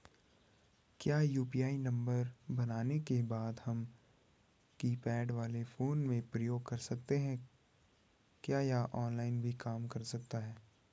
क्या UPI number बनाने के बाद हम कीपैड वाले फोन में प्रयोग कर सकते हैं क्या यह ऑफ़लाइन भी काम करता है?